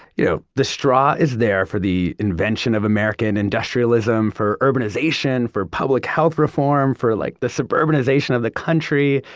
you know, the straw is there for the invention of american industrialism, for urbanization, for public health reform, for like, the suburbanization of the country,